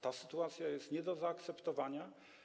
Ta sytuacja jest nie do zaakceptowania.